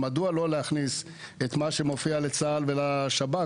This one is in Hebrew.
מדוע לא להכניס את מה שמופיע לצה"ל ולשב"כ,